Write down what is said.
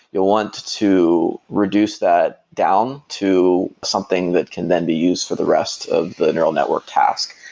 you'll want to reduce that down to something that can then be used for the rest of the neural network tasks.